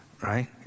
right